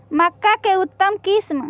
मक्का के उतम किस्म?